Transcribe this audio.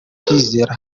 kwizera